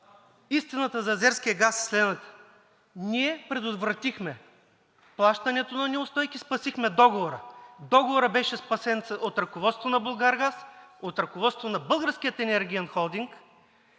Истината за азерския газ е следната: ние предотвратихме плащането на неустойки, спасихме договора. Договорът беше спасен от ръководството на „Булгаргаз“, от ръководството на Българския енергиен холдинг,